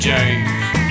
James